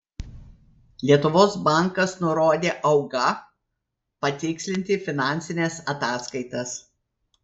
lietuvos bankas nurodė auga patikslinti finansines ataskaitas